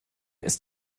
ist